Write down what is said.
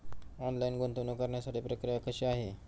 Online गुंतवणूक करण्यासाठी प्रक्रिया कशी आहे?